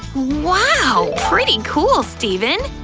wow, pretty cool, steven!